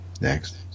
Next